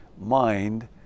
mind